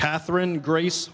catherine grace